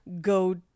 go